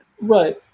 Right